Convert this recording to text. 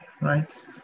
right